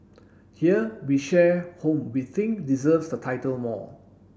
here we share whom we think deserves the title more